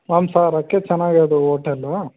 ಮಾಂಸಾಹಾರಕ್ಕೆ ಚೆನ್ನಾಗದು ಓಟೆಲ್ಲು